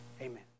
amen